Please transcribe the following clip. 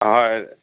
হয়